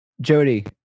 Jody